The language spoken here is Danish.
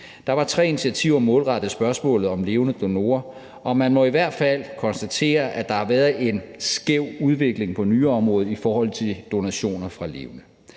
Der var 3 initiativer målrettet spørgsmålet om levende donorer, og man må i hvert fald konstatere, at der har været en skæv udvikling på nyreområdet i forhold til donationer fra levende.